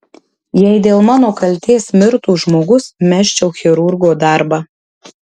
jei dėl mano kaltės mirtų žmogus mesčiau chirurgo darbą